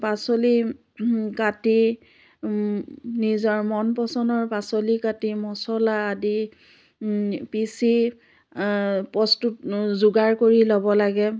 পাচলি কাটি নিজৰ মন পচন্দৰ পাচলি কাটি মচলা আদি পিচি প্ৰস্তুত যোগাৰ কৰি ল'ব লাগে